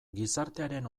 gizartearen